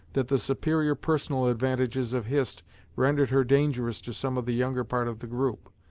that the superior personal advantages of hist rendered her dangerous to some of the younger part of the group,